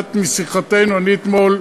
ציטטת משיחתנו מאתמול,